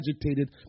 agitated